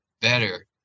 better